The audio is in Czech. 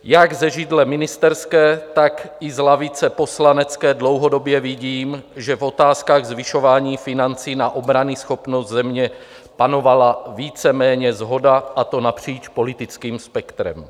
Jak ze židle ministerské, tak i z lavice poslanecké dlouhodobě vidím, že v otázkách zvyšování financí na obranyschopnost země panovala víceméně shoda, a to napříč politickým spektrem.